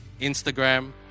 instagram